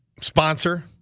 sponsor